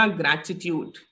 gratitude